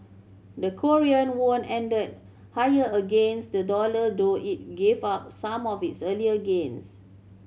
the Korean won ended higher against the dollar though it gave up some of its earlier gains